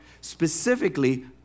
specifically